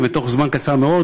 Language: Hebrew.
בתוך זמן קצר מאוד.